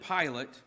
Pilate